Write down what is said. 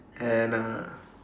and uh